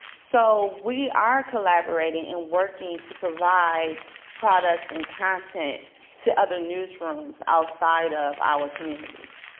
so we are collaborating and working to provide products and content to other newsrooms outside of our communities.